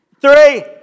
three